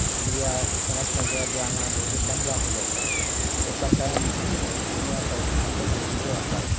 یا صنعت نگر جانا وہ تو لمبا ہو جاتا اتنا ٹائم دنیا کا ایک گھنٹے دو گھنٹے آتا